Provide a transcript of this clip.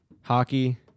Hockey